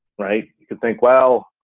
right? you can think, well,